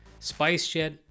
SpiceJet